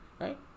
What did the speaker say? right